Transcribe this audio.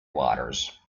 waters